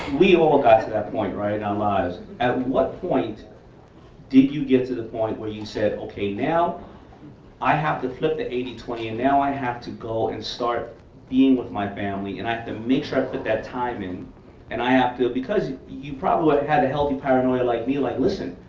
we all got to that point, right? in our lives. at what point did you get to the point where you said, ok, now i have to flip the eighty twenty, and now i have to go and start being with my family and i have to make track with that timing and i have to, because you probably had a healthy paranoia like me, like, listen,